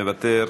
מוותר,